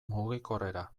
mugikorrera